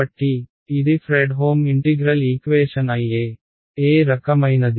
కాబట్టి ఇది Fredholm integral equation IE ఏ రకమైనది